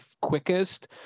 quickest